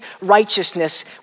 righteousness